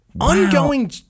ongoing